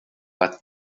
but